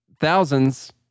thousands